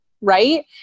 right